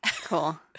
Cool